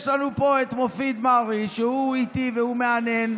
יש לנו פה את מופיד מרעי, שהוא איתי והוא מהנהן.